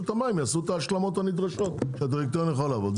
המים יעשו את ההשלמות הנדרשות שהדירקטוריון יוכל לעבוד.